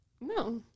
No